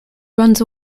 runs